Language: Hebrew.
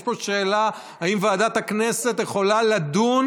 יש פה שאלה אם ועדת הכנסת יכולה לדון